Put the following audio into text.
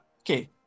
okay